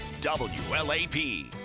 WLAP